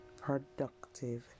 productive